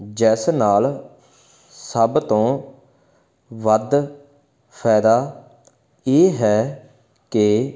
ਜਿਸ ਨਾਲ ਸਭ ਤੋਂ ਵੱਧ ਫਾਇਦਾ ਇਹ ਹੈ ਕਿ